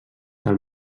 del